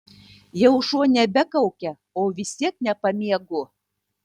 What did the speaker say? jau šuo nebekaukia o vis tiek nepamiegu